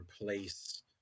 replace